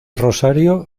rosario